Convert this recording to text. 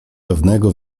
pewnego